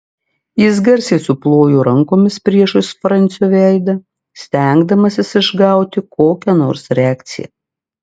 jis garsiai suplojo rankomis priešais francio veidą stengdamasis išgauti kokią nors reakciją